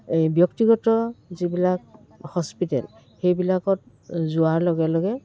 এই ব্যক্তিগত যিবিলাক হস্পিটেল সেইবিলাকত যোৱাৰ লগে লগে